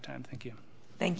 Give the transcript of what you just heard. time thank you thank